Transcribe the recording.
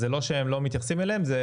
אז זה לא שהם לא מתייחסים אליהן כי היום זה